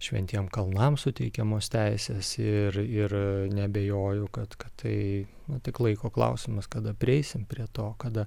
šventiem kalnam suteikiamos teisės ir ir neabejoju kad kad tai tik laiko klausimas kada prieisim prie to kada